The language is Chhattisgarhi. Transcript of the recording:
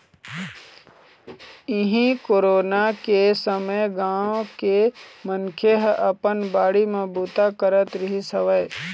इहीं कोरोना के समे गाँव के मनखे ह अपन बाड़ी म बूता करत रिहिस हवय